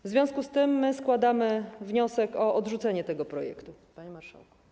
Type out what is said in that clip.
W związku z tym składamy wniosek o odrzucenie tego projektu, panie marszałku.